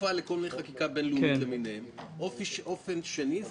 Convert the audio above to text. כפופה לחקיקה אזרחית למיניה; אופן שני זה